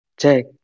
check